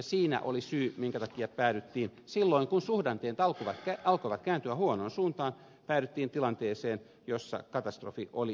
siinä oli syy minkä takia silloin kun suhdanteet alkoivat kääntyä huonoon suuntaan päädyttiin tilanteeseen jossa katastrofi oli edessä